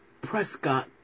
Prescott